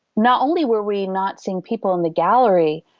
not only were we not seeing people in the gallery,